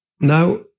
now